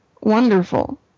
wonderful